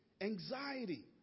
anxiety